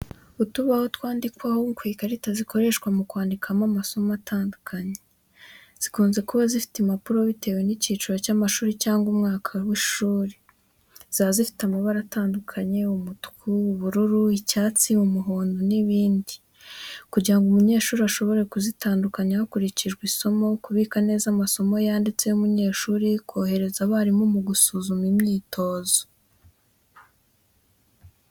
Utubaho twandikaho tw'ikarita zikoreshwa mu kwandikamo amasomo atandukanye. Zikunze kuba zifite impapuro bitewe n’icyiciro cy’amashuri cyangwa umwaka w’ishuri. Ziba zifite amabara atandukanye: umutuku, ubururu, icyatsi, umuhondo, n’ibindi, kugira ngo umunyeshuri ashobore kuzitandukanya hakurikijwe isomo, kubika neza amasomo yanditse y’umunyeshuri, korohereza abarimu mu gusuzuma imyitozo.